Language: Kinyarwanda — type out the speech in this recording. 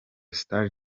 star